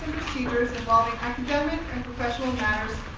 procedures involving academic and professional matters.